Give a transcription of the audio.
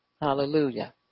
Hallelujah